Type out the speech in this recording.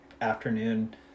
afternoon